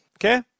Okay